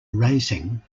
racing